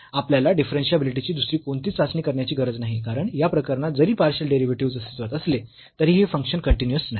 आपल्याला डिफरन्शियाबिलिटीची दुसरी कोणती चाचणी करण्याची गरज नाही कारण या प्रकरणात जरी पार्शियल डेरिव्हेटिव्हस् अस्तित्वात असले तरीही फंक्शन कन्टीन्यूअस नाही